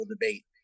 debate